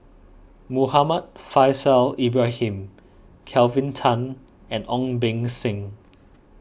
Muhammad Faishal Ibrahim Kelvin Tan and Ong Beng Seng